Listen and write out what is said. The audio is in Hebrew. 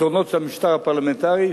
היתרונות של המשטר הפרלמנטרי,